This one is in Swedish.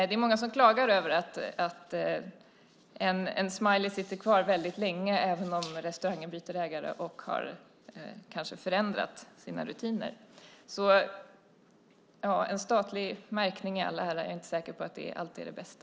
Det är många som klagar över att en smiley sitter kvar väldigt länge även om restaurangen byter ägare och har kanske förändrat sina rutiner. En statlig märkning i all ära, men jag är inte säker på att det är det alltid är det bästa.